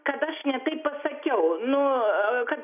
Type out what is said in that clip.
kad aš ne taip pasakiau nu kad